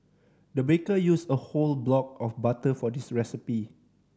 the baker used a whole block of butter for this recipe